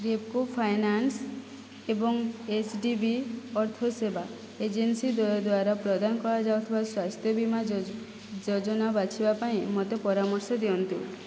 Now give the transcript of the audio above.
Repco finance ଏବଂ HDB ଅର୍ଥସେବା agency ଦ୍ୱୟ ଦ୍ଵାରା ପ୍ରଦାନ କରାଯାଇଥିବା ସ୍ୱାସ୍ଥ୍ୟ ବୀମା ଯୋଜନା ବାଛିବା ପାଇଁ ମୋତେ ପରାମର୍ଶ ଦିଅନ୍ତୁ